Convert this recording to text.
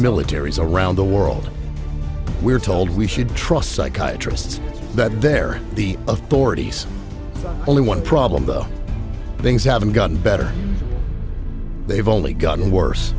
militaries around the world we're told we should trust psychiatrists that they're the authorities only one problem though things haven't gotten better they've only gotten worse